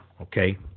Okay